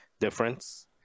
difference